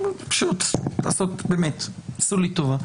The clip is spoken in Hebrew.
תעשו לי טובה.